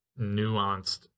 nuanced